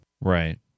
Right